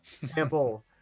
sample